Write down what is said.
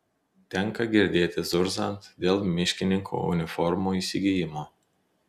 tenka girdėti zurzant dėl miškininkų uniformų įsigijimo